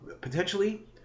potentially